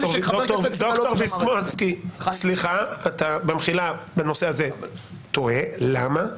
ד"ר ויסמונסקי, במחילה, אתה בנושא זה טועה, למה?